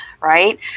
right